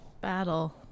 Battle